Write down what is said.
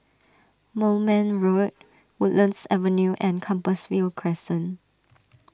Moulmein Road Woodlands Avenue and Compassvale Crescent